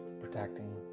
protecting